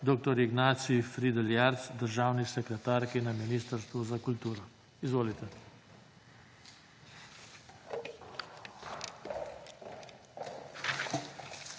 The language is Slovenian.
dr. Ignaciji Fridl Jarc, državni sekretarki Ministrstva za kulturo. Izvolite.